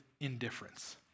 indifference